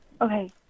okay